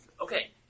Okay